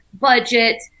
budget